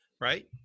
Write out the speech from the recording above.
right